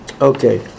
Okay